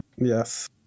yes